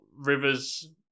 Rivers